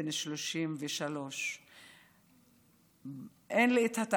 בן 33. אין לי תאריכים,